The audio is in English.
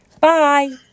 Bye